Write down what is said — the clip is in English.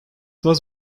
was